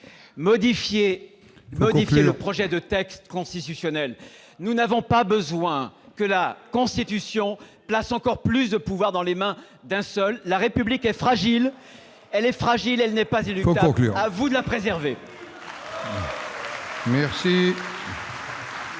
modifiez le projet de texte constitutionnel. Nous n'avons pas besoin que la Constitution place encore plus de pouvoirs dans les mains d'un seul. La République est fragile, elle n'est pas inéluctable. À vous de la préserver !